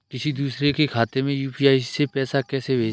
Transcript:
किसी दूसरे के खाते में यू.पी.आई से पैसा कैसे भेजें?